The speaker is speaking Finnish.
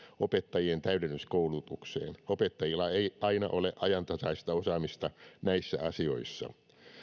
opettajien täydennyskoulutukseen opettajilla ei aina ole ajantasaista osaamista näissä asioissa